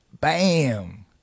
Bam